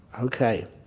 Okay